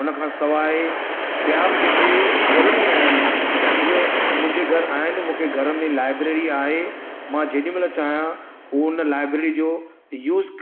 उन खां सवाइ ॿिया बि जेके ज़रूरी आहिनि उहे मुंहिंजे घरु आहिनि मूंखे घर में लाइब्रेरी आहे मां जेॾीमहिल चाहियां उहो उन लाइब्रेरी जो यूज़